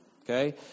Okay